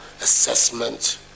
assessment